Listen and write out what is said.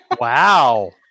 Wow